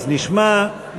אז נשמע,